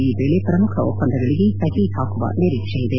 ಈ ವೇಳೆ ಪ್ರಮುಖ ಒಪ್ಪಂದಗಳಿಗೆ ಸಹಿ ಹಾಕುವ ನಿರೀಕ್ಷೆ ಇದೆ